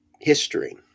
history